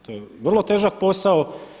To je vrlo težak posao.